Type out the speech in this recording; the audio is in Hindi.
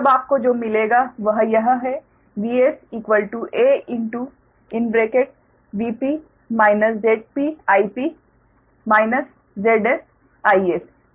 तब आपको जो मिलेगा वह यह है VsaVp ZpIp ZsIs यह समीकरण 25 है